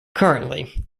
currently